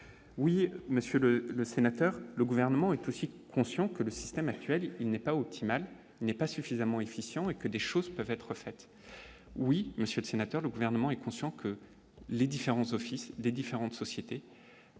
oui Monsieur le le sénateur, le gouvernement est aussi conscient que le système actuel, il n'est pas optimal n'est pas suffisamment efficients et que des choses peuvent être faites, oui, Monsieur le Sénateur, le gouvernement est conscient que les différents offices des différentes sociétés